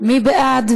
מי בעד?